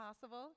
possible